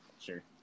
sure